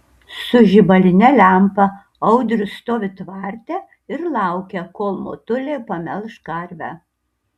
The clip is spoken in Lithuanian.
su žibaline lempa audrius stovi tvarte ir laukia kol motulė pamelš karvę